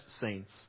saints